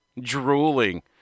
drooling